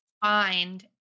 find